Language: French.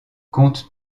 compte